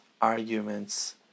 arguments